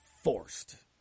forced